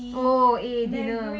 oh eh dinner